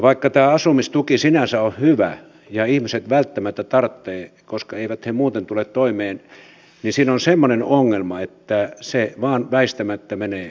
vaikka tämä asumistuki sinänsä on hyvä ja ihmiset välttämättä tarvitsevat koska eivät he muuten tule toimeen siinä on semmoinen ongelma että se vain väistämättä menee vuokriin